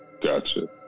Gotcha